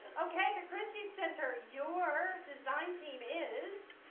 okay the christy center your design team is